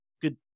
good